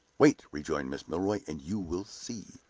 wait, rejoined mrs. milroy, and you will see.